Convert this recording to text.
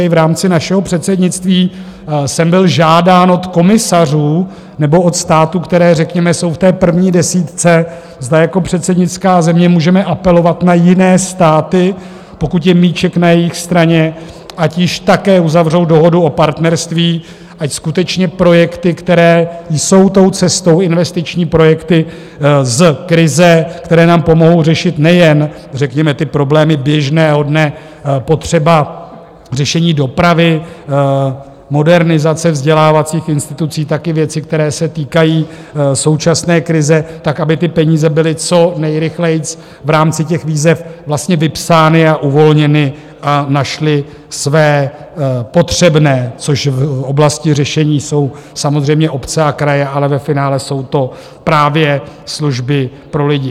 I v rámci našeho předsednictví jsem byl žádán od komisařů nebo od států, které řekněme jsou v té první desítce, zda jako předsednická země můžeme apelovat na jiné státy, pokud je míček na jejich straně, ať již také uzavřou dohodu o partnerství, ať skutečně projekty, které jsou tou cestou investiční projekty z krize, které nám pomohou řešit nejen řekněme problémy běžného dne, potřeba k řešení dopravy, modernizace vzdělávacích institucí, tak i věci, které se týkají současné krize, tak aby ty peníze byly co nejrychleji v rámci těch výzev vypsány a uvolněny a našly své potřebné, což v oblasti řešení jsou samozřejmě obce a kraje, ale ve finále jsou to právě služby pro lidi.